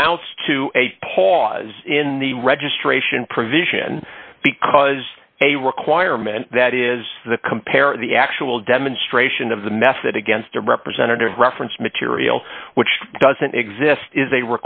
amounts to a pause in the registration provision because a requirement that is the compare the actual demonstration of the method against a representative reference material which doesn't exist i